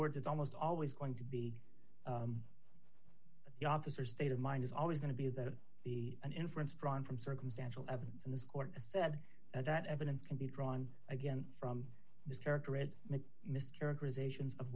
words it's almost always going to be the officer state of mind is always going to be that the inference drawn from circumstantial evidence in this court said that evidence can be drawn again from this character as mischaracterizations of